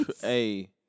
Hey